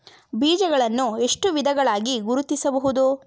ಬೀಜಗಳನ್ನು ಎಷ್ಟು ವಿಧಗಳಾಗಿ ಗುರುತಿಸಬಹುದು?